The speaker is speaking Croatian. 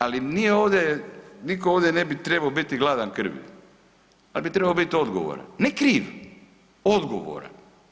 Ali nije ovdje, nitko ovdje ne bi trebao biti gladan krvi, ali bi trebao biti odgovoran, ne kriv, odgovoran.